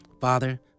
Father